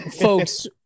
Folks